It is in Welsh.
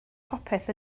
popeth